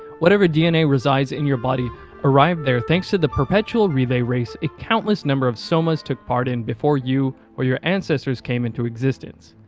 whatever dna resides in your body arrived there thanks to the perpetual relay race a countless number of somas took part in before you or your ancestors came into existence.